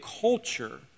culture